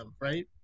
right